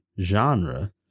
genre